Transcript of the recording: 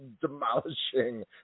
demolishing